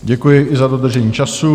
Děkuji i za dodržení času.